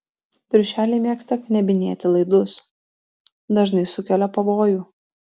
triušeliai mėgsta knebinėti laidus dažnai sukelia pavojų